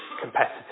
competitive